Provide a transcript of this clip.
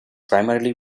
primarily